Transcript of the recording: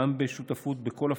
גם בשותפות בכל הפורומים,